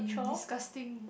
disgusting